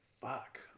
fuck